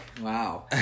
wow